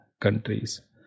countries